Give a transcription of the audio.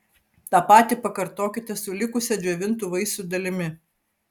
tą patį pakartokite su likusia džiovintų vaisių dalimi